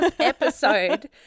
episode